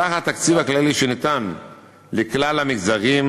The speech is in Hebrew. סך התקציב הכללי שניתן לכלל המגזרים,